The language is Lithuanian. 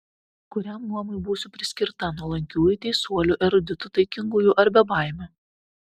kuriam luomui būsiu priskirta nuolankiųjų teisuolių eruditų taikingųjų ar bebaimių